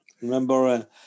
remember